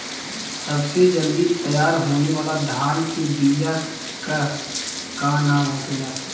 सबसे जल्दी तैयार होने वाला धान के बिया का का नाम होखेला?